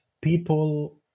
people